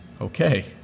Okay